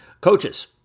coaches